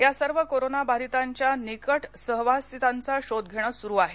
या सर्व कोरोना बाधितांच्या निकट सहवासितांचा शोध घेण सुरु आहे